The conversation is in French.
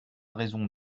raison